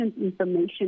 information